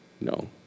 No